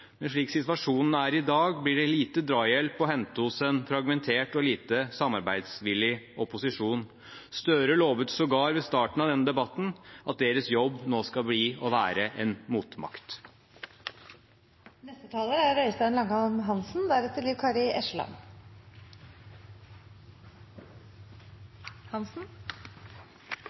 men slik situasjonen er i dag, blir det lite drahjelp å hente hos en fragmentert og lite samarbeidsvillig opposisjon. Representanten Gahr Støre lovte sågar ved starten av denne debatten at deres jobb nå skal bli å være en motmakt. Det er